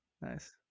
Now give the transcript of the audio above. nice